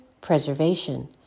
preservation